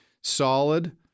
solid